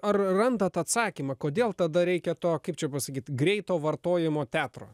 ar randat atsakymą kodėl tada reikia to kaip čia pasakyt greito vartojimo teatro